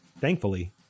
Thankfully